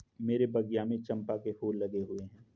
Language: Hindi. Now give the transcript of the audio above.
मेरे बगिया में चंपा के फूल लगे हुए हैं